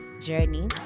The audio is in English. journey